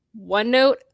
OneNote